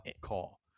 call